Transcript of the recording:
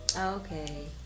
okay